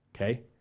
Okay